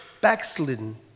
backslidden